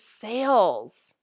sales